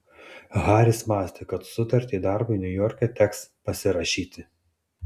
haris mąstė kad sutartį darbui niujorke teks pasirašyti